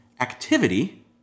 activity